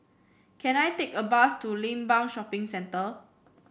can I take a bus to Limbang Shopping Centre